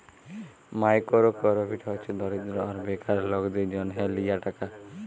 micro credit হছে দরিদ্য আর বেকার লকদের জ্যনহ লিয়া টাকা